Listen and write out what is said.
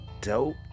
Dope